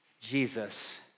Jesus